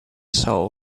soul